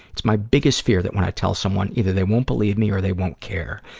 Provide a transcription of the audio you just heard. it's my biggest fear that when i tell someone, either they won't believe me or they won't care.